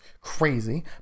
crazy